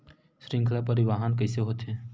श्रृंखला परिवाहन कइसे होथे?